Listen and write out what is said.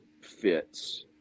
fits